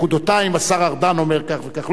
השר ארדן אומר כך וכך.